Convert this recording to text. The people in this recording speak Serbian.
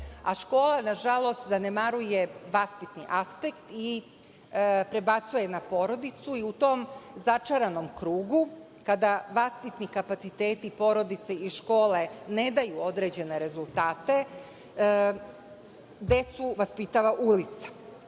a škola nažalost zanemaruje vaspitni aspekt i prebacuje na porodicu i u tom začaranom krugu kada vaspitni kapaciteti porodice i škole ne daju određene rezultate, decu vaspitava ulica.